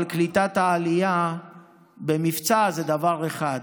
העלייה במבצע זה דבר אחד,